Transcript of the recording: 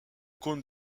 cône